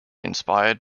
inspired